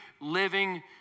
living